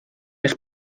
eich